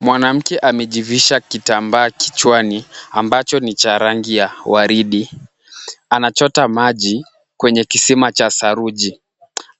Mwanamke amejivisha kitambaa kichwani ambacho ni cha rangi ya waridi. Anachota maji kwenye kisima cha saruji.